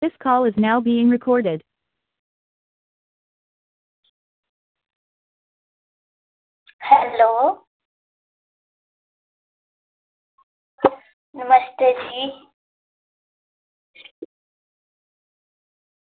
hello नमस्ते जी